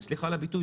סליחה על הביטוי,